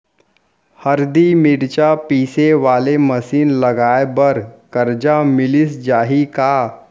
हरदी, मिरचा पीसे वाले मशीन लगाए बर करजा मिलिस जाही का?